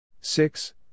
Six